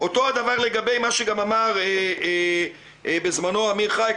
אותו אדם דבר לגבי מה שגם אמר בזמנו אמיר חייק,